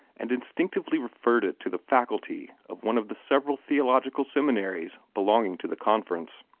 and instinctively referred it to the faculty of one of the several theological seminaries belonging to the conference.